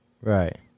Right